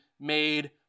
made